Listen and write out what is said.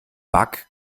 bug